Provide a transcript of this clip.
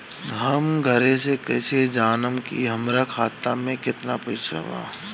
हम घरे से कैसे जानम की हमरा खाता मे केतना पैसा बा?